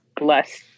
less